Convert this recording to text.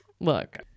Look